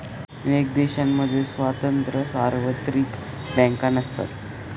अनेक देशांमध्ये स्वतंत्र सार्वत्रिक बँका नसतात